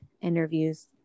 interviews